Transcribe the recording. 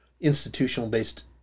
institutional-based